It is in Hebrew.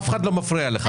אף אחד לא מפריע לך.